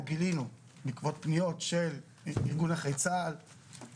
או גילינו בעקבות פניות של ארגון נכי צה"ל,